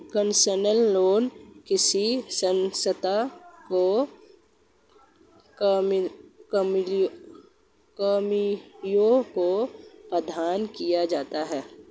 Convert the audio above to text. concessional loan किसी संस्था के कर्मियों को प्रदान किया जाता है